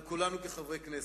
על כולנו כחברי הכנסת.